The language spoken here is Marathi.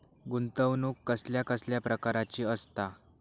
गुंतवणूक कसल्या कसल्या प्रकाराची असता?